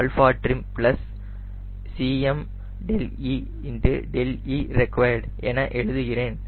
Cm Cm0 Cm αtrim Cme δe reqd என எழுதுகிறேன்